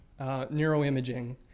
neuroimaging